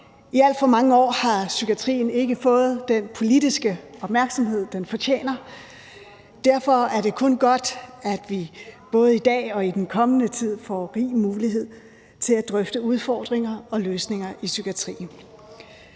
I alt for mange år har psykiatrien ikke fået den politiske opmærksomhed, den fortjener. Derfor er det kun godt, at vi både i dag og i den kommende tid får rig mulighed for at drøfte udfordringer og løsninger i psykiatrien.